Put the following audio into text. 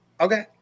Okay